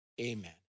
Amen